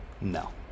No